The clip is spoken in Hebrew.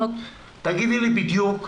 תגידי לי בדיוק,